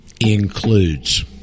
includes